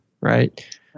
Right